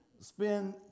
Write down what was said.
spend